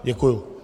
Děkuju.